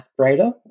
aspirator